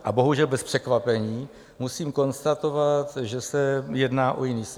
A bohužel bez překvapení musím konstatovat, že se jedná o jiný svět.